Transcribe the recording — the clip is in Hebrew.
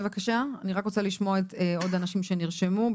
אני רק רוצה לשמוע עוד אנשים שנרשמו.